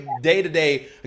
day-to-day